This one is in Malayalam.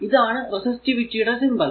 ഇതാണ് റെസിസ്റ്റിവിറ്റി യുടെ സിംബൽ